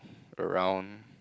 around